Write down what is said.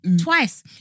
Twice